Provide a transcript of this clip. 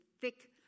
thick